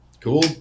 Cool